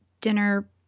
dinner